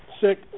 sick